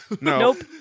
Nope